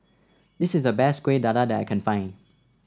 this is the best Kueh Dadar that I can find